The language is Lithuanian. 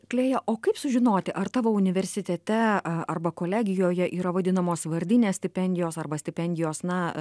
klėja o kaip sužinoti ar tavo universitete arba kolegijoje yra vadinamos vardinės stipendijos arba stipendijos na